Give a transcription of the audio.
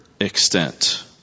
extent